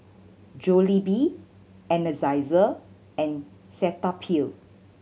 Jollibee Energizer and Cetaphil